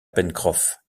pencroff